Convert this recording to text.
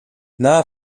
nahe